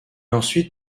ensuite